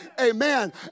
Amen